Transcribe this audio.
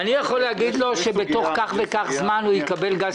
אני יכול להגיד לו שתוך כך וכך זמן הוא יקבל גז טבעי?